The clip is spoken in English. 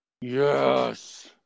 Yes